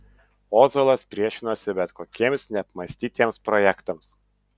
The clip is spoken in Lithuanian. ozolas priešinosi bet kokiems neapmąstytiems projektams